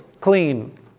clean